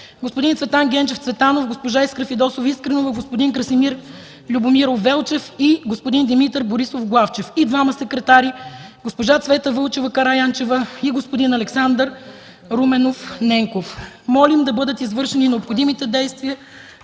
господин Цветан Генчев Цветанов, госпожа Искра Фидосова Искренова, господин Красимир Любомиров Велчев и господин Димитър Борисов Главчев; Секретари: госпожа Цвета Вълчева Караянчева и господин Александър Руменов Ненков.” Молим да бъдат извършени необходимите действия